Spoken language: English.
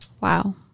Wow